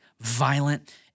violent